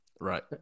Right